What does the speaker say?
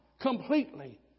completely